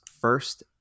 first